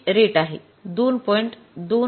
२५ प्रति तास ठरवण्यात आलेले आहे